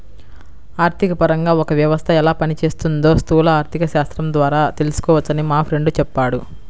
ఆర్థికపరంగా ఒక వ్యవస్థ ఎలా పనిచేస్తోందో స్థూల ఆర్థికశాస్త్రం ద్వారా తెలుసుకోవచ్చని మా ఫ్రెండు చెప్పాడు